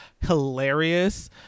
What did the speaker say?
hilarious